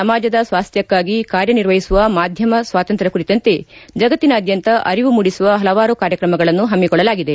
ಸಮಾಜದ ಸ್ವಾಸ್ಕ್ಕಕ್ಕಾಗಿ ಕಾರ್ಯನಿರ್ವಹಿಸುವ ಮಾಧ್ಯಮ ಸ್ವಾತಂತ್ರ್ಯ ಕುರಿತಂತೆ ಜಗತ್ತಿನಾದ್ಯಂತ ಅರಿವು ಮೂಡಿಸುವ ಹಲವಾರು ಕಾರ್ಯಕ್ರಮಗಳನ್ನು ಹಮ್ಮಿಕೊಳ್ಳಲಾಗಿದೆ